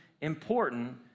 important